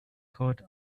code